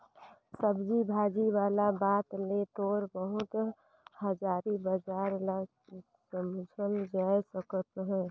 सब्जी भाजी वाला बात ले थोर बहुत हाजरी बजार ल समुझल जाए सकत अहे